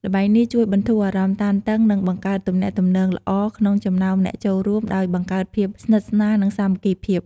ល្បែងនេះជួយបន្ធូរអារម្មណ៍តានតឹង និងបង្កើតទំនាក់ទំនងល្អ ក្នុងចំណោមអ្នកចូលរួម ដោយបង្កើនភាពស្និទ្ធស្នាល និងសាមគ្គីភាព។